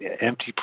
empty